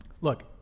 look